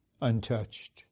untouched